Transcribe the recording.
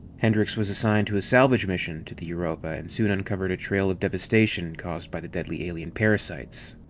hendricks was assigned to a salvage mission to the europa, and soon uncovered a trail of devestation caused by the deadly alien parasites,